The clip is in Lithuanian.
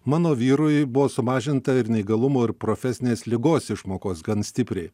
mano vyrui buvo sumažinta ir neįgalumo ir profesinės ligos išmokos gan stipriai